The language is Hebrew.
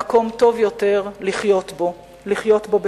למקום טוב יותר לחיות בו, לחיות בו בשלום.